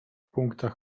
punktach